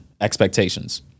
expectations